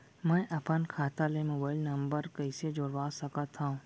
मैं अपन खाता ले मोबाइल नम्बर कइसे जोड़वा सकत हव?